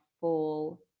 full